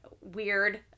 weird